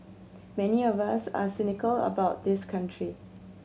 many of us are cynical about this country